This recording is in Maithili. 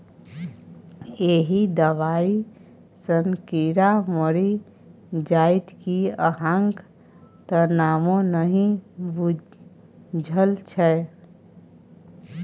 एहि दबाई सँ कीड़ा मरि जाइत कि अहाँक त नामो नहि बुझल छै